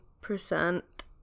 percent